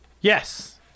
Yes